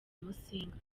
musinga